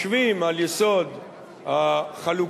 משווים על יסוד החלוקה,